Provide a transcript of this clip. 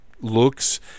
looks